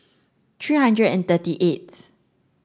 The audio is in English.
three hundred and thirty eighth